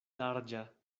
larĝa